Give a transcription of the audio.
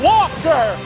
Walker